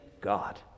God